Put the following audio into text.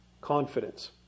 confidence